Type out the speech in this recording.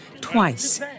twice